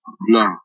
no